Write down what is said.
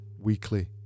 weekly